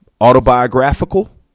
Autobiographical